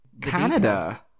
Canada